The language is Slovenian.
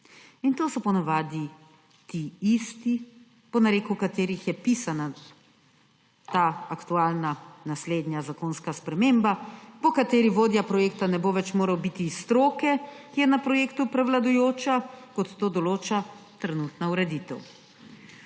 In to so po navadi ti isti, po nareku katerih je pisana ta aktualna naslednja zakonska sprememba, po kateri vodji projekta ne bo več treba biti iz stroke, ki je na projektu prevladujoča, kot to določa trenutna ureditev.